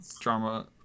drama